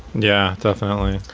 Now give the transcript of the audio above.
yeah, definitely.